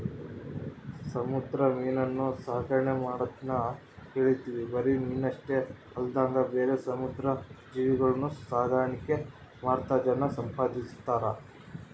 ಸಮುದ್ರ ಮೀನುನ್ನ ಸಾಕಣ್ಕೆ ಮಾಡದ್ನ ಕೇಳಿದ್ವಿ ಬರಿ ಮೀನಷ್ಟೆ ಅಲ್ದಂಗ ಬೇರೆ ಸಮುದ್ರ ಜೀವಿಗುಳ್ನ ಸಾಕಾಣಿಕೆ ಮಾಡ್ತಾ ಜನ ಸಂಪಾದಿಸ್ತದರ